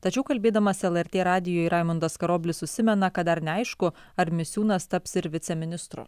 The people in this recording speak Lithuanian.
tačiau kalbėdamas lrt radijui raimundas karoblis užsimena kad dar neaišku ar misiūnas taps ir viceministru